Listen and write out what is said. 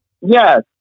Yes